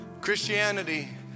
Christianity